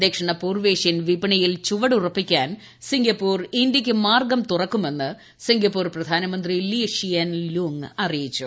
ദക്ഷിണ പൂർവേഷ്യൻ വിപണിയിൽ ചുവടുറപ്പിക്കാൻ സിംഗപ്പൂർ ഇന്ത്യയ്ക്ക് മാർഗ്ഗം തുറക്കുമെന്ന് സിംഗപ്പൂർ പ്രധാനമന്ത്രി ലീ ഷിയൻ ലുങ് അറിയിച്ചു